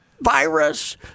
virus